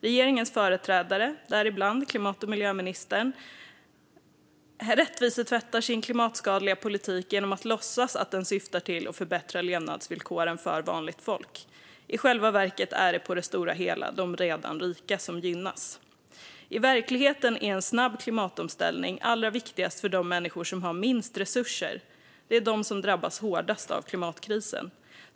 Regeringens företrädare, däribland klimat och miljöministern, rättvisetvättar sin klimatskadliga politik genom att låtsas att den syftar till att förbättra levnadsvillkoren för vanligt folk. I själva verket är det på det stora hela de redan rika som gynnas. I verkligheten är en snabb klimatomställning allra viktigast för de människor som har minst resurser. Det är de som drabbas hårdast av klimatkrisen.